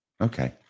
Okay